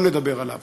בואו נדבר עליו.